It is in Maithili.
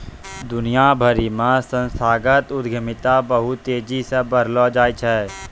दुनिया भरि मे संस्थागत उद्यमिता बहुते तेजी से बढ़लो छै